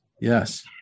Yes